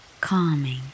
Calming